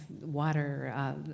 water